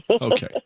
Okay